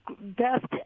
best